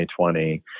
2020